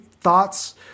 thoughts